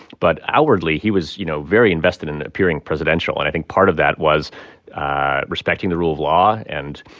but outwardly, he was, you know, very invested in appearing presidential. and i think part of that was respecting the rule of law. and,